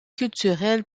culturelle